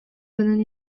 гынан